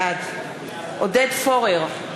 בעד עודד פורר,